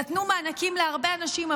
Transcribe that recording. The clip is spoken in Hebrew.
נתנו מענקים להרבה אנשים,